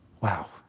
Wow